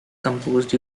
composed